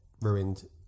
ruined